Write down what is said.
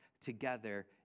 together